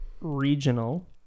regional